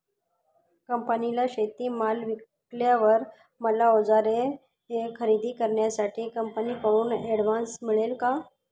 कंपनीला शेतीमाल विकल्यावर मला औजारे खरेदी करण्यासाठी कंपनीकडून ऍडव्हान्स मिळेल का?